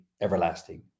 everlasting